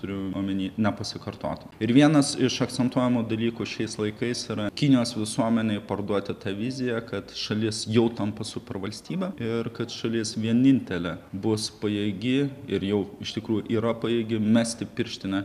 turiu omeny nepasikartotų ir vienas iš akcentuojamų dalykų šiais laikais yra kinijos visuomenei parduoti tą viziją kad šalis jau tampa supervalstybe ir kad šalis vienintelė bus pajėgi ir jau iš tikrųjų yra pajėgi mesti pirštinę